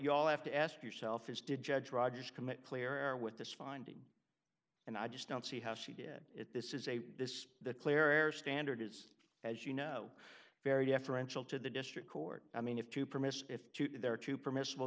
you all have to ask yourself is did judge rogers commit clearer with this finding and i just don't see how she did it this is a this the clear air standard is as you know very deferential to the district court i mean if two permits if there are two permissible